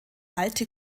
alte